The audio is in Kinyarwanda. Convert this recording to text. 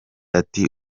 ati